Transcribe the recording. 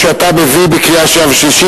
כשאתה מביא לקריאה שנייה ושלישית,